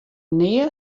nea